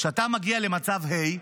כשאתה מגיע למצב ה',